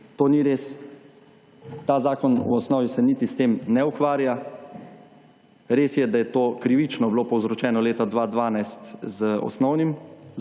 To ni res. Ta zakon v osnovi se niti s tem ne ukvarja. Res je, da je to krivično bilo povzročeno leta 2012 z osnovnim